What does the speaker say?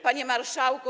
Panie Marszałku!